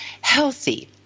healthy